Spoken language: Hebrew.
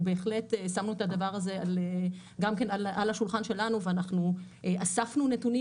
בהחלט שמנו את הדבר הזה גם על השולחן שלנו ואנחנו אספנו נתונים